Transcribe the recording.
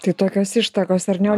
tai tokios ištakos ar ne